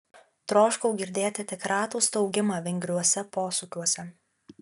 troškau girdėti tik ratų staugimą vingriuose posūkiuose